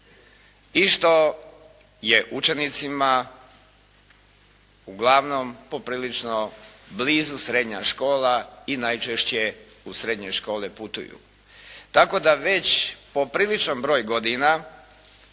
i što je učenicima uglavnom poprilično blizu srednja škola i najčešće u srednje škole putuju. Tako da već popriličan broj godina